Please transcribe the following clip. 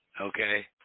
Okay